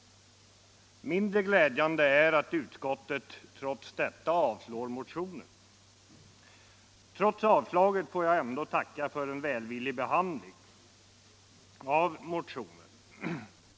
Mindre glädjande är emellertid att utskottet trots detta har avstyrkt motionen. Men jag vill ändå tacka för utskottets välvilliga behandling av vår motion.